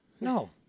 No